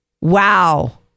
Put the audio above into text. Wow